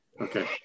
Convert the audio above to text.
okay